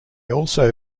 also